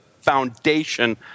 foundation